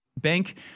Bank